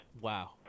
wow